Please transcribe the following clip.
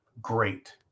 great